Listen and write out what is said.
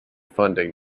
funding